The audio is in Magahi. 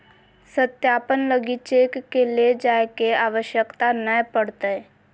सत्यापन लगी चेक के ले जाय के आवश्यकता नय पड़तय